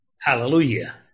Hallelujah